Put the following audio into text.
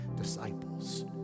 disciples